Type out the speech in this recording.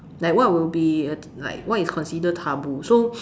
like what will be uh like what is considered taboo so